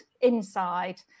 inside